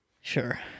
sure